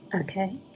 Okay